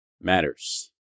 matters